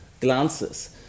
glances